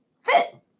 Fit